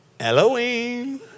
Halloween